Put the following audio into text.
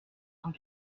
cent